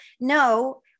no